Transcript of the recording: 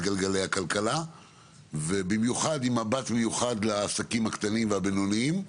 גלגלי הכלכלה ובמיוחד עם מבט מיוחד לעסקים הקטנים והבינוניים,